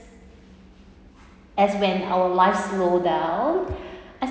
as when our lives slowdown I